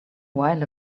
while